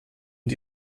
und